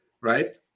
right